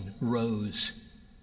rose